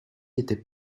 était